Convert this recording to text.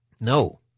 No